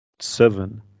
seven